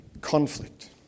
Conflict